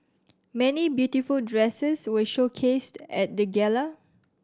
many beautiful dresses were showcased at the gala